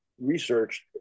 researched